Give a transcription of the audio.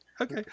Okay